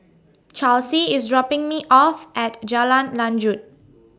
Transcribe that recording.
Charlsie IS dropping Me off At Jalan Lanjut